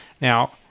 Now